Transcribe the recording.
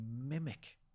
mimic